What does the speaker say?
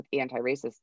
anti-racist